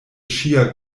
ŝia